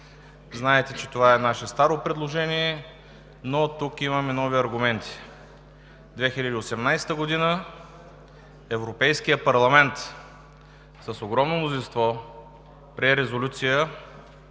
Знаете, че това е наше старо предложение, но тук имаме нови аргументи. 2018 г. – Европейският парламент с огромно мнозинство прие резолюция,